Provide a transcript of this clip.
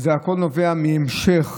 הכול נובע מהמשך